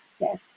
yes